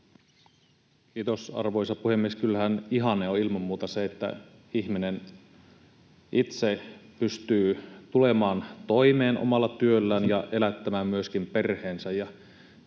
Kiitos, arvoisa puhemies! Kyllähän ihanne on ilman muuta se, että ihminen itse pystyy tulemaan toimeen omalla työllään ja elättämään myöskin perheensä.